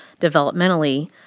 developmentally